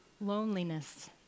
Loneliness